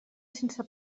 sense